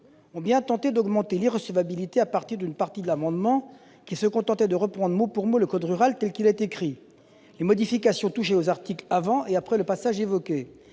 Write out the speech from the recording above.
ont bien tenté d'augmenter l'irrecevabilité à partir d'une partie de l'amendement qui se contentait de reprendre mot pour mot le code rural et de la pêche maritime tel qu'il est écrit. Les modifications concernaient les articles situés avant et après le passage évoqué.